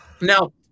Now